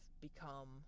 become